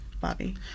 Bobby